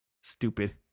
Stupid